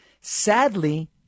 Sadly